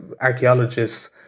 archaeologists